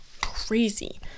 crazy